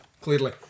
clearly